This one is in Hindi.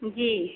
जी